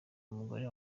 umugore